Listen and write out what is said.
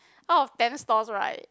out of ten stalls right